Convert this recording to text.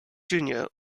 junior